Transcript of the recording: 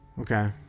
okay